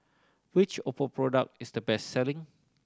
which Oppo product is the best selling